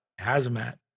Hazmat